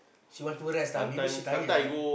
she want to rest for lah maybe she tired ah